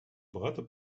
багато